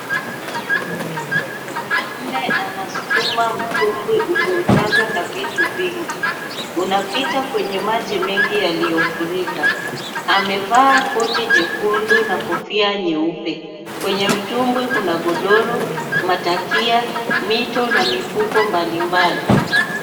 Mwanaume anasukuma mtubwi uliojazwa na vitu vingi, unapita kwenye maji mengi yaliyofurika, amevaa koti jekundu na kofia nyeupe, kwenye mtubwi kuna godoro, matakia, mito na mifuko mbalimbali.